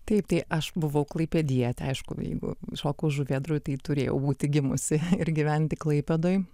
taip tai aš buvau klaipėdietė aišku jeigu šokau žuvėdroj tai turėjau būti gimusi ir gyventi klaipėdoj